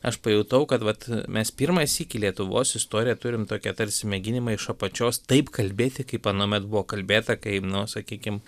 aš pajutau kad vat mes pirmą sykį lietuvos istorijoj turim tokį tarsi mėginimą iš apačios taip kalbėti kaip anuomet buvo kalbėta kai nu sakykim